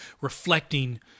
reflecting